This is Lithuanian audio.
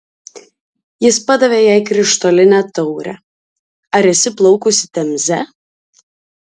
jis padavė jai krištolinę taurę ar esi plaukusi temze